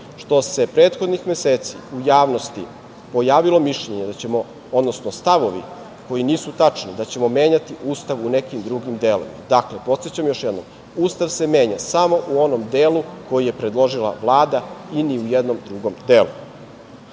što se prethodnih meseci u javnosti pojavilo mišljenje, odnosno stavovi, koji nisu tačni, da ćemo menjati Ustav u nekim drugim delovima. Dakle, podsećam još jednom, Ustav se menja samo u onom delu koji je predložila Vlada i ni u jednom drugom delu. Tačno